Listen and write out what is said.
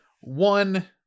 one